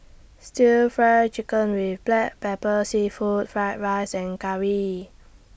Stir Fry Chicken with Black Pepper Seafood Fried Rice and Curry